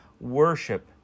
worship